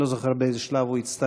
אני לא זוכר באיזה שלב הוא הצטרף.